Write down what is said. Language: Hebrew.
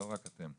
לא רק אתם,